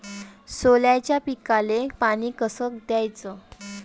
सोल्याच्या पिकाले पानी कस द्याचं?